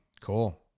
cool